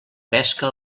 pesca